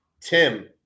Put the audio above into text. Tim